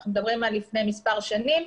אנחנו מדברים על לפני מספר שניים,